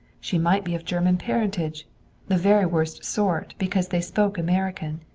she might be of german parentage the very worst sort, because they spoke american.